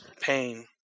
pain